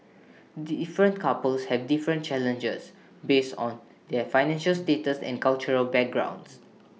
different couples have different challenges based on their financial status and cultural backgrounds